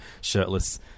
shirtless